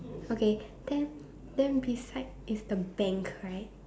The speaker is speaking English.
okay then then beside is the bank right